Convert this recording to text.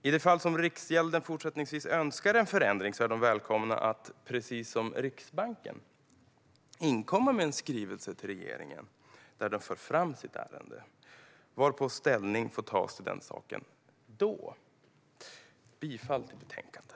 I det fall att Riksgälden fortsättningsvis önskar en förändring är de välkomna att precis som Riksbanken inkomma med en skrivelse till regeringen där de för fram sitt ärende, varpå ställning får tas till saken. Jag yrkar bifall till förslaget i betänkandet.